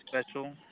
special